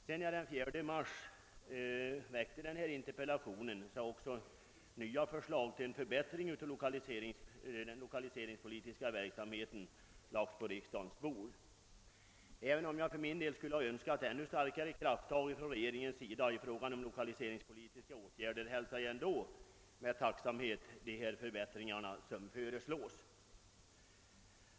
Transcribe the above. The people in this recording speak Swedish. Sedan jag den 4 mars framställde min interpellation har också nya förslag till förbättring av den lokaliseringspolitiska verksamheten lagts på riksdagens bord. Även om jag för min del skulle ha önskat ännu starkare krafttag från regeringens sida i fråga om lokaliseringspolitiska åtgärder hälsar jag med tacksamhet de förbättringar som föreslås.